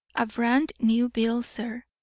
a brand-new bill, sir,